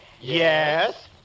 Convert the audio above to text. Yes